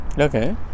Okay